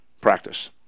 practice